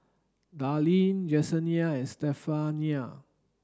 Darlene Jesenia and Stephania